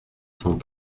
cent